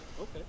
Okay